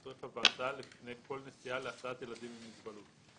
רכב ההסעה לפני כל נסיעה להסעת ילדים עם מוגבלות.